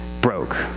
broke